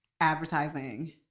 advertising